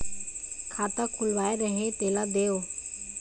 खाता खुलवाय रहे तेला देव?